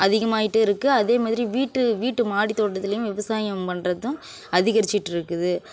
அதிகமாகிட்டே இருக்குது அதே மாதிரி வீட்டு வீட்டு மாடி தோட்டத்துலேயும் விவசாயம் பண்ணுறதும் அதிகரிச்சிட்டுருக்குது